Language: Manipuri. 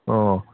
ꯑꯣ